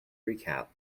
recap